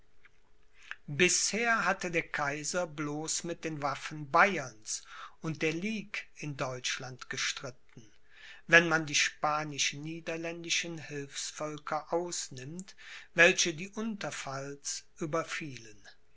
bisher hatte der kaiser bloß mit den waffen bayerns und der ligue in deutschland gestritten wenn man die spanisch niederländischen hilfsvölker ausnimmt welche die unterpfalz